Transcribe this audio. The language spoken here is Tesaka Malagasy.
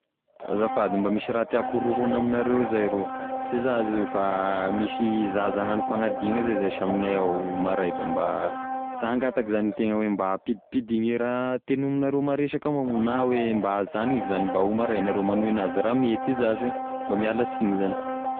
Azafady mba misy raha tiàko horohony amignareo zay rô sy za izy io fa misy zaza hagnano fagnadina zay za sh amignay ao maray da mba ta hangatiko zany itegna hoe ampidimpidigny e raha tegnominareo maresaky amignao na hoe mba hazagnony eky zany mba ho maray agnareo magnohy anazy, raha mety i zash mba miala signy zany.